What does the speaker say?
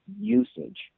usage